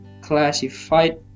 classified